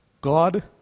God